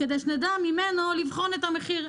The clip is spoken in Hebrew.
כך נדע לבחון את המחיר.